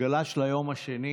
שגלש ליום השני.